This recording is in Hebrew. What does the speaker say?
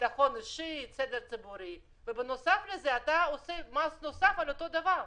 ביטחון אישי וסדר ציבורי ובנוסף לזה אתה עושה מס נוסף על אותו דבר.